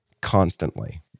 constantly